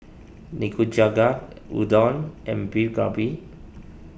Nikujaga Gyudon and Beef Galbi